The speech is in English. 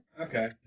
Okay